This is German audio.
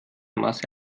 masse